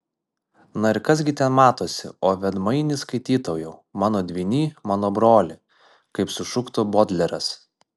na ir kas gi ten matosi o veidmainy skaitytojau mano dvyny mano broli kaip sušuktų bodleras